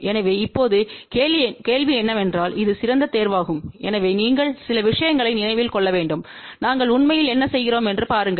எனவே இப்போது கேள்வி என்னவென்றால் இது சிறந்த தேர்வாகும் எனவே நீங்கள் சில விஷயங்களை நினைவில் கொள்ள வேண்டும்நாங்கள் உண்மையில் என்ன செய்கிறோம் என்று பாருங்கள்